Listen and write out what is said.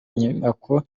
nyubako